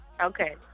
Okay